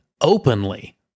openly